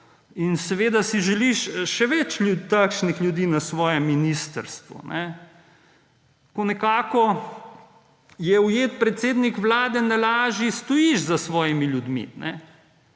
Seveda si želiš še več takšnih ljudi na svojem ministrstvu. Ko nekako je ujet predsednik Vlade na laži, stojiš za svojimi ljudmi